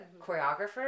choreographer